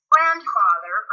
grandfather